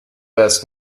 best